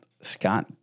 Scott